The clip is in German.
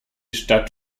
stadt